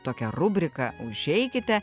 tokia rubrika užeikite